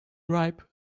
ripe